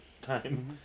time